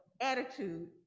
attitude